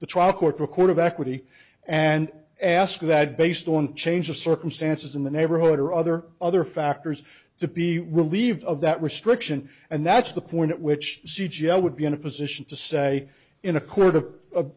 the trial court record of equity and ask that based on change of circumstances in the neighborhood or other other factors to be relieved of that restriction and that's the point at which she would be in a position to say in a court of